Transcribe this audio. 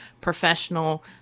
professional